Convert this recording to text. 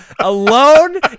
alone